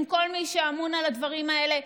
עם כל מי שאמון על הדברים האלה.